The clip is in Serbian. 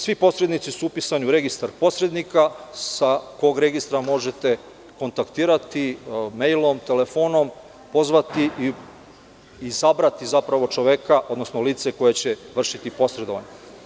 Svi posrednici su upisani u registar posrednika, sa kog možete kontaktirati mejlom, telefonom, pozvati i izabrati čoveka, odnosno lice koje će vršiti posredovanje.